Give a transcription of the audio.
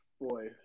boy